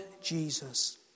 Jesus